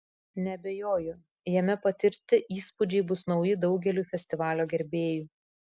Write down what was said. neabejoju jame patirti įspūdžiai bus nauji daugeliui festivalio gerbėjų